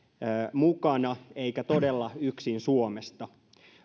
mukana eikä todella yksin suomesta